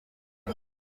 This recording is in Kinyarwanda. misa